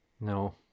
No